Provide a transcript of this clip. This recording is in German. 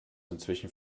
inzwischen